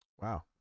Wow